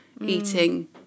eating